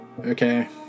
Okay